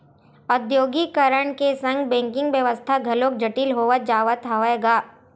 औद्योगीकरन के संग बेंकिग बेवस्था घलोक जटिल होवत जावत हवय गा